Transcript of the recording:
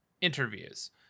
Interviews